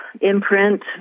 imprint